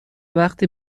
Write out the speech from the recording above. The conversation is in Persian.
وقتی